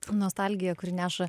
nostalgija kuri neša